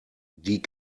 die